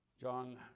John